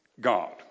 God